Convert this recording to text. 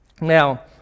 Now